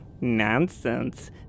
Nonsense